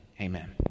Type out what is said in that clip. amen